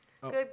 good